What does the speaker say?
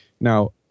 Now